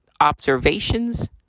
observations